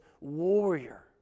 warrior